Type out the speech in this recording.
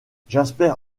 jasper